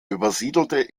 übersiedelte